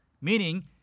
meaning